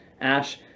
Ash